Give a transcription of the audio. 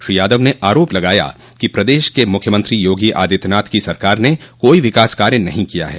श्री यादव ने आरोप लगाया कि प्रदेश के मुख्यमंत्रो योगी आदित्यनाथ की सरकार ने कोई विकास कार्य नहीं किया है